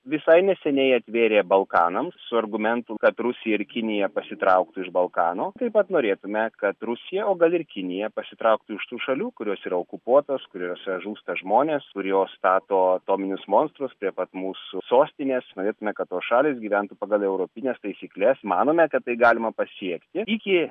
visai neseniai atvėrė balkanams su argumentu kad rusija ir kinija pasitrauktų iš balkano taip pat norėtume kad rusija o gal ir kinija pasitrauktų iš tų šalių kurios yra okupuotos kuriose žūsta žmonės kurios stato atominius monstrus prie pat mūsų sostinės norėtume kad tos šalys gyventų pagal europines taisykles manome kad tai galima pasiekti iki